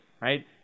right